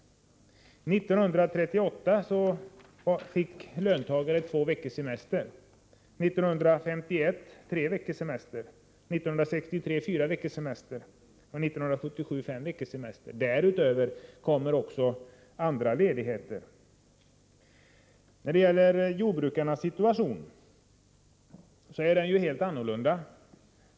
1938 fick löntagare två veckors semester, 1951 fick de tre veckors semester, 1963 blev det fyra veckors semester och 1977 fem veckors semester, därutöver kommer också andra ledigheter. Jordbrukarnas situation är helt annorlunda.